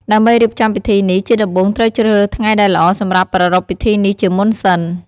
ដើម្បីរៀបចំពិធីនេះ ជាដំបូងត្រូវជ្រើសរើសថ្ងៃដែលល្អសម្រាប់ប្រារព្វពិធីនេះជាមុនសិន។